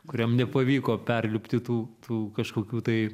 kuriam nepavyko perlipti tų tų kažkokių tai